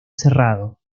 cerrado